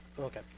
okay